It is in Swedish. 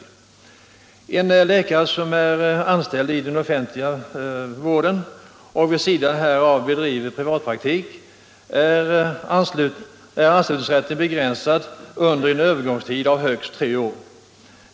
För en läkare som är anställd i den offentliga vården och vid sidan härav bedriver privatpraktik är anslutningsrätten begränsad under en övergångstid av högst tre år.